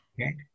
okay